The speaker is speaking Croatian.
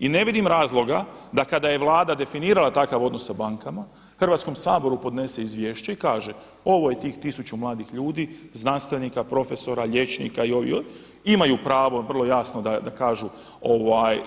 I ne vidim razloga da kada je Vlada definirala takav odnos sa bankama, Hrvatskom saboru podnese izvješće i kaže, ovo je tih tisuću mladih ljudi, znanstvenika, profesora, liječnika i ovih i onih, imaju pravo vrlo jasno da kažu